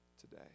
today